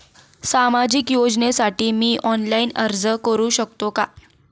सामाजिक योजनेसाठी मी ऑनलाइन अर्ज करू शकतो का?